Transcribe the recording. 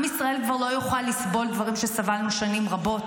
עם ישראל כבר לא יוכל לסבול דברים שסבלנו שנים רבות,